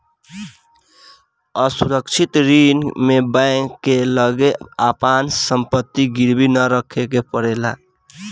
असुरक्षित ऋण में बैंक के लगे आपन संपत्ति गिरवी ना रखे के पड़ेला